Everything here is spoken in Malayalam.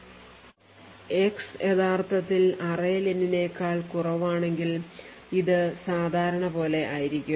x യഥാർത്ഥത്തിൽ array len നേക്കാൾ കുറവാണെങ്കിൽ ഇത് സാധാരണ പോലെ ആയിരിക്കും